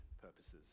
purposes